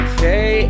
Okay